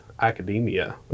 academia